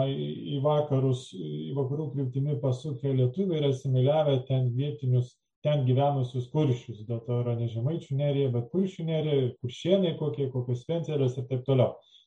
į vakarus į vakarų kryptimi pasukę lietuviai ir asimiliavę ten vietinius ten gyvenusius kuršius dėl to yra ne žemaičių nerija bet kuršių nerija ir kuršėnai kokie kokios svencelės ir taip toliau